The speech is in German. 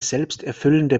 selbsterfüllende